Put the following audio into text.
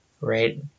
right